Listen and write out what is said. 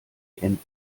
enten